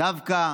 דווקא